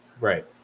right